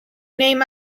name